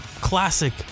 Classic